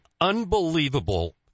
unbelievable